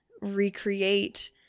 recreate